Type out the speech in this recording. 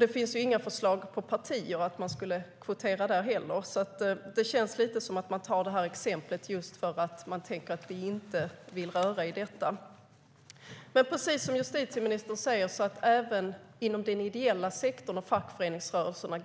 Det finns heller inga förslag på partier att kvotera där, så det känns lite som att man tar det här exemplet just för att man tänker att vi inte vill röra i det. Precis som justitieministern säger går det dock åt rätt håll även inom den ideella sektorn och inom fackföreningsrörelserna.